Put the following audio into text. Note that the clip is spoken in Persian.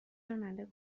راننده